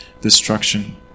destruction